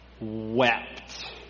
wept